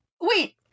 Wait